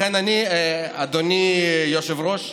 לכן אני, אדוני היושב-ראש,